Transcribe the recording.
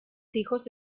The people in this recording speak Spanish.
hijos